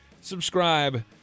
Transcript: Subscribe